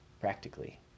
practically